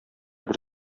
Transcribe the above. бер